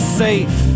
safe